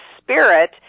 spirit